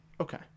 Okay